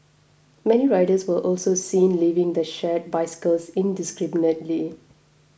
many riders were also seen leaving the shared bicycles indiscriminately